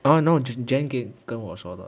orh no jenkin 跟我说的